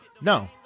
No